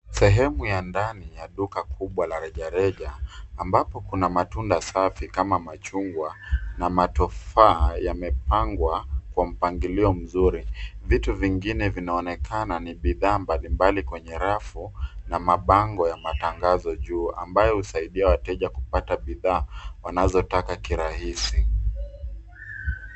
Sehemu ya ndani ya duka kubwa la rejareja, ambapo kuna matunda safi kama machungwa na matofaa yamepangwa kwa mpangilio mzuri. Vitu vingine vinaonekana ni bidhaa mbalimbali kwenye rafu na mabango ya matangazo juu, ambayo husaidia wateja kupata bidhaa wanazotaka kirahisi.